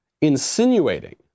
insinuating